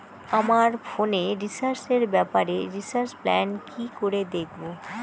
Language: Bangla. আমার ফোনে রিচার্জ এর ব্যাপারে রিচার্জ প্ল্যান কি করে দেখবো?